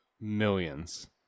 millions